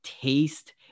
taste